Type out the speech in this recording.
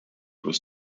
was